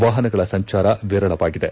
ವಾಹನಗಳ ಸಂಚಾರ ವಿರಳವಾಗಿದೆ